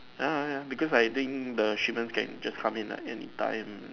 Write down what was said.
ya ya ya because I think the shipment can just come in like in time